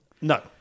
No